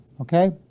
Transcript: okay